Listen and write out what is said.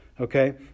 okay